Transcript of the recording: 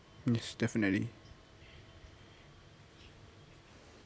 yes definitely